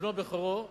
שבנו בכורו מת.